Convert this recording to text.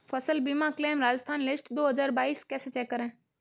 फसल बीमा claim Rajasthan list दो हज़ार बाईस कैसे चेक करें?